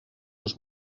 als